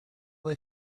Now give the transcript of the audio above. they